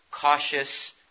cautious